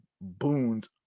boons